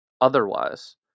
Otherwise